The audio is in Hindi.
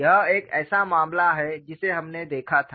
यह एक ऐसा मामला है जिसे हमने देखा था